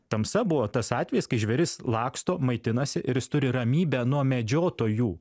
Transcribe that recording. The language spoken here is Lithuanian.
tamsa buvo tas atvejis kai žvėris laksto maitinasi ir jis turi ramybę nuo medžiotojų